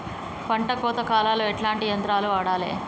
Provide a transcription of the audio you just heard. పంట కోత కాలాల్లో ఎట్లాంటి యంత్రాలు వాడాలే?